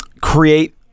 create